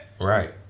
Right